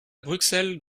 bruxelles